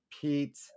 Pete